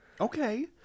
Okay